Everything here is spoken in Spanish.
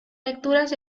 lecturas